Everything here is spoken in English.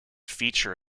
feature